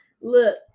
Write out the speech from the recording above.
Look